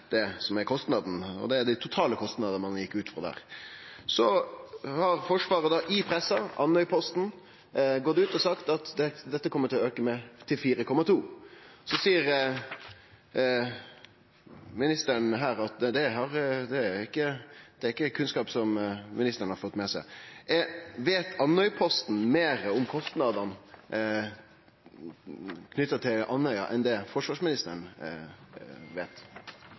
gjekk ut frå der. Forsvaret har i pressa, i Andøyposten, gått ut og sagt at dette kjem til å auke til 4,2 mrd. kr. Så seier ministeren her at det ikkje er kunnskap som ho har fått med seg. Veit Andøyposten meir om kostnadene knytte til Andøya enn det forsvarsministeren veit?